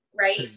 right